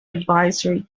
advisory